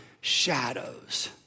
shadows